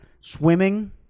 Swimming